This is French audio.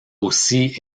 aussi